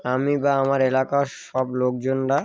আমি বা আমার এলাকার সব লোকজনরা